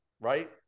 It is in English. right